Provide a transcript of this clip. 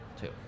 Two